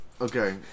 Okay